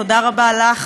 תודה רבה לך,